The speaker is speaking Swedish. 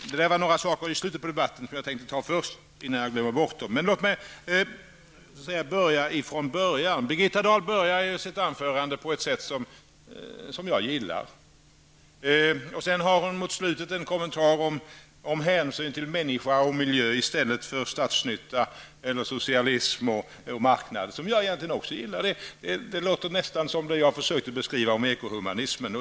Detta vill jag säga -- innan jag glömmer bort det -- med anledning av vad Birgitta Dahl sade i slutet av sitt anförande. Låt mig nu börja från början. Birgitta Dahl började sitt anförande på ett sätt som jag gillade. Mot slutet av anförandet hade hon en kommentar om hänsyn till människa och miljö i stället för statsnytta eller socialism och marknad, vilket jag egentligen också gillar. Det låter nästan som mitt försök till beskrivning av ekohumanismen.